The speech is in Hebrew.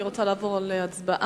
אני רוצה לעבור להצבעה.